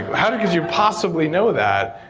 how could you possibly know that?